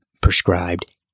prescribed